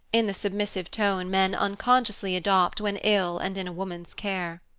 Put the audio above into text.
in the submissive tone men unconsciously adopt when ill and in a woman's care.